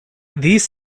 these